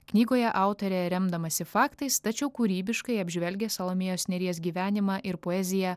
knygoje autorė remdamasi faktais tačiau kūrybiškai apžvelgia salomėjos nėries gyvenimą ir poeziją